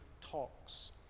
talks